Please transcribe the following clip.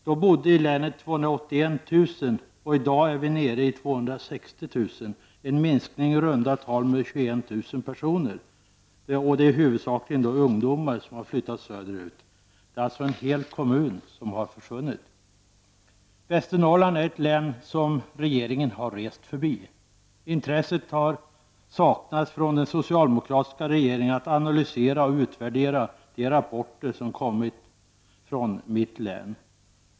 Då bodde i länet 281 000, och i dag är vi nere i 260 000, en minskning i runda tal med 21 000 personer, och det är då huvudsakligen ungdomar som har flyttat söderut. Det är alltså ''en hel kommun'' som har försvunnit. Västernorrland är ett län som regeringen har rest förbi. Intresset har saknats från den socialdemokratiska regeringen att analysera och utvärdera de rapporter som kommit från ''mittlän''.